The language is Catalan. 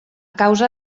causa